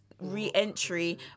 re-entry